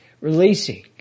releasing